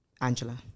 Angela